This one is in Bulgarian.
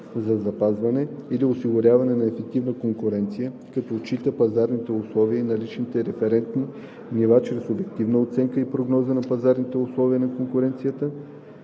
за запазване или осигуряване на ефективна конкуренция, като отчита пазарните условия и наличните референтни нива чрез обективна оценка и прогноза на пазарните условия на конкуренция